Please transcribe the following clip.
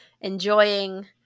enjoying